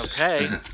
okay